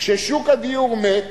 כששוק הדיור מת,